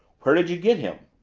where did you get him?